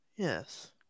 Yes